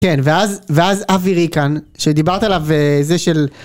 כן ואז ואז אבירי כאן שדיברת עליו זה של...